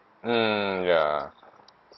mm ya